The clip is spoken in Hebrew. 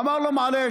אמר לו: מעליש.